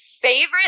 favorite